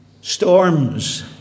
storms